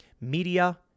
media